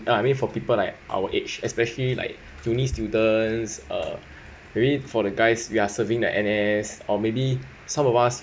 I mean for people like our age especially like uni students uh maybe for the guys who are serving the N_S or maybe some of us